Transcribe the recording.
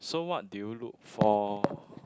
so what do you look for